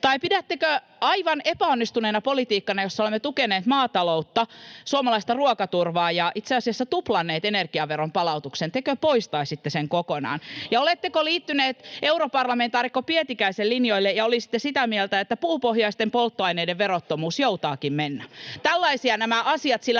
tai pidättekö aivan epäonnistuneena politiikkaa, jolla olemme tukeneet maataloutta, suomalaista ruokaturvaa ja itse asiassa tuplanneet ener-giaveron palautuksen? Tekö poistaisitte sen kokonaan? Ja oletteko liittyneet europarlamentaarikko Pietikäisen linjoille ja olisitte sitä mieltä, että puupohjaisten polttoaineiden verottomuus joutaakin mennä? [Välihuutoja